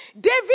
David